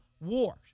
war